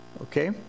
Okay